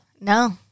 No